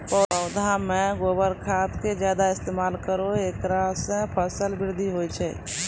पौधा मे गोबर खाद के ज्यादा इस्तेमाल करौ ऐकरा से फसल बृद्धि होय छै?